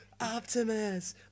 Optimus